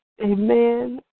amen